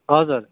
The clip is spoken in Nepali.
हजुर